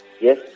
yes